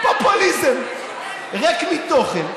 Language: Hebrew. פופוליזם ריק מתוכן,